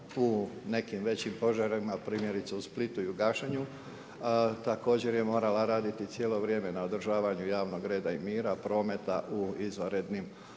u nekim većim požarima primjerice u Splitu i u gašenju također je morala raditi cijelo vrijeme na održavanju javnog reda i mira, prometa u izvanrednim